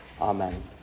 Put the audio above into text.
Amen